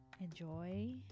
enjoy